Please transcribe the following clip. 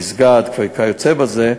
מסגד וכיוצא בזה,